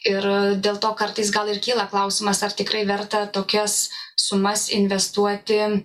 ir dėl to kartais gal ir kyla klausimas ar tikrai verta tokias sumas investuoti